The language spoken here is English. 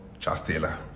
Chastela